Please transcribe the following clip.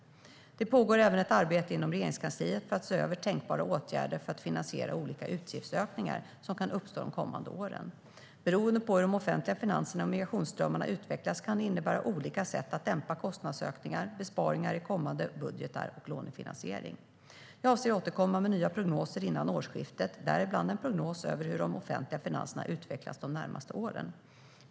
Det pågår även ett arbete inom Regeringskansliet för att se över tänkbara åtgärder för att finansiera olika utgiftsökningar som kan uppstå under kommande år. Beroende på hur de offentliga finanserna och migrationsströmmarna utvecklas kan det innebära olika sätt att dämpa kostnadsökningar, besparingar i kommande budgetar och lånefinansiering. Jag avser att återkomma med nya prognoser innan årsskiftet, däribland en prognos över hur de offentliga finanserna utvecklas de närmaste åren.